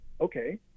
okay